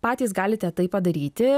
patys galite tai padaryti